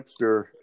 Hipster